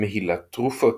מהילת תרופות.